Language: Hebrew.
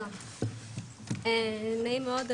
נעים מאוד,